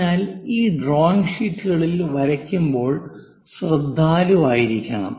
അതിനാൽ ഈ ഡ്രോയിംഗ് ഷീറ്റുകളിൽ വരയ്ക്കുമ്പോൾ ശ്രദ്ധാലുവായിരിക്കണം